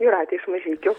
jūratė iš mažeikių